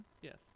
Yes